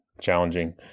challenging